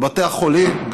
בבתי החולים,